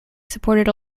supported